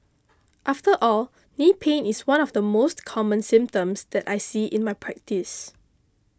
after all knee pain is one of the most common symptoms that I see in my practice